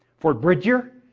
fort bridger,